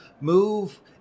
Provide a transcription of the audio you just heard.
move